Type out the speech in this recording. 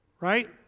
right